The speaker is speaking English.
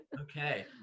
okay